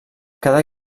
cada